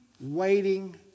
waiting